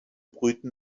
brüten